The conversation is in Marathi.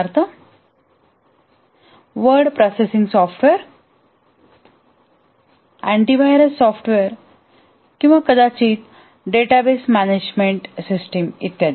उदाहरणार्थ word processing software antivirus software किंवा कदाचित डेटाबेस मॅनेजमेंट सिस्टीम इ